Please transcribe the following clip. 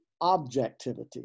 objectivity